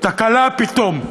תקלה פתאום.